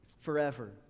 forever